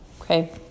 Okay